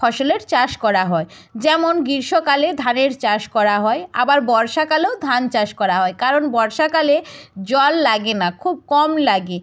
ফসলের চাষ করা হয় যেমন গ্রীষ্মকালে ধানের চাষ করা হয় আবার বর্ষাকালেও ধান চাষ করা হয় কারণ বর্ষাকালে জল লাগে না খুব কম লাগে